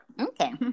okay